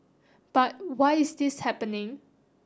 but why is this happening